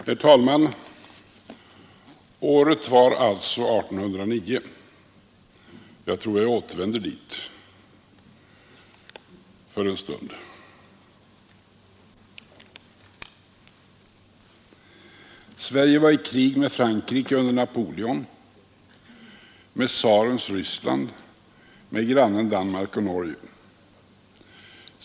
Herr talman! Året var alltså 1809 — jag tror jag återvänder dit för en stund. Sverige var i krig med Frankrike under Napoleon, med tsarens Ryssland och med grannen Danmark-Norge.